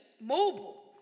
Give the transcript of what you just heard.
mobile